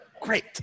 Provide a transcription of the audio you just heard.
great